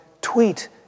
tweet